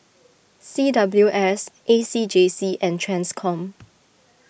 C W S A C J C and Transcom